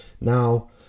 now